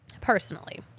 Personally